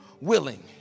willing